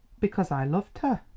because i loved her.